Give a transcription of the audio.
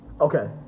okay